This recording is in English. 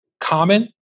common